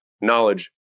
knowledge